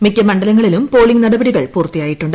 മിക്ക മണ്ഡലങ്ങളിലും പോളിംഗ് നടപടികൾ പൂർത്തിയായിട്ടുണ്ട്